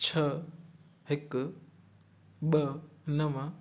छह हिकु ॿ नव